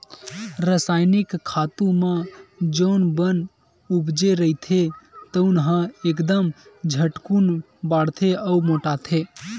रसायनिक खातू म जउन बन उपजे रहिथे तउन ह एकदम झटकून बाड़थे अउ मोटाथे